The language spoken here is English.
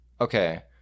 Okay